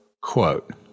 Quote